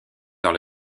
dans